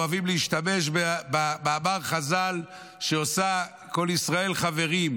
אוהבים להשתמש במאמר חז"ל "כל ישראל חברים",